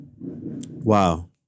wow